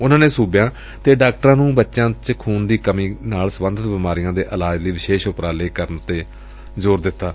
ਉਨ੍ਹਾ ਨੇ ਸੂਬਿਆ ਅਤੇ ਡਾਕਟਰਾ ਨੂੰ ਬਚਿਆ ਚ ਖੂਨ ਦੀ ਕਮੀ ਨਾਲ ਸਬੰਧਤ ਬੀਮਾਰੀਆ ਦੇ ਇਲਾਜ ਲਈ ਵਿਸ਼ੇਸ਼ ਉਪਰਾਲੇ ਕਰਨੇ ਚਾਹੀਦੇ ਨੇ